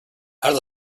out